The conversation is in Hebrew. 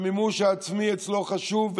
שהמימוש העצמי שלו חשוב,